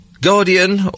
Guardian